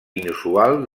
inusual